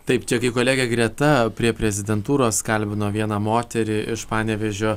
taip čia kai kolegė greta prie prezidentūros kalbino vieną moterį iš panevėžio